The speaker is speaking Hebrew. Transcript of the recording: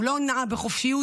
הוא לא נע בחופשיות,